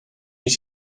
you